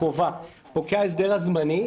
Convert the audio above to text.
הקרובה פוקע ההסדר הזמני,